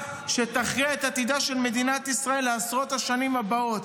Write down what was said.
שתכריע את עתידה של מדינת ישראל לעשרות השנים הבאות,